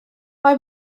mae